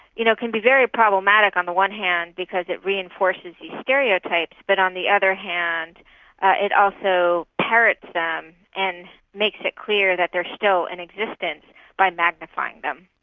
you know, can be very problematic on the one hand because it reinforces these stereotypes but on the other hand it also parrots them and makes it clear that they're still in existence by magnifying them.